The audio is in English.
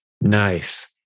Nice